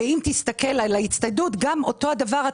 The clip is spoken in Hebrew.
אם תסתכל על ההצטיידות זה אותו דבר.